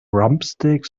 rumpsteak